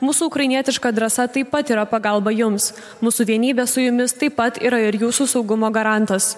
mūsų ukrainietiška drąsa taip pat yra pagalba jums mūsų vienybė su jumis taip pat yra ir jūsų saugumo garantas